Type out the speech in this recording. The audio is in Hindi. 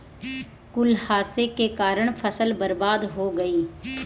कुहासे के कारण फसल बर्बाद हो गयी